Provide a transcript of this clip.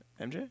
MJ